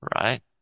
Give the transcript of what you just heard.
right